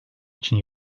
için